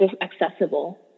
accessible